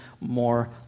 more